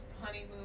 honeymoon